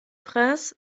prince